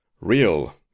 real